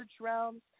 realms